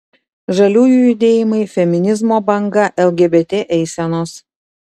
žaliųjų judėjimai feminizmo banga lgbt eisenos